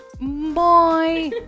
bye